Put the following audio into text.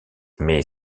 mais